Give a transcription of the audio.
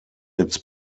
its